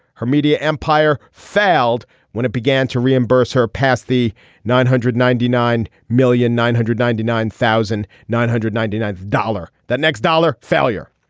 her media empire failed when it began to reimburse her past the nine hundred ninety nine million nine hundred ninety nine thousand nine hundred ninety nine dollar that next dollar failure.